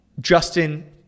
Justin